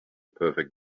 perfect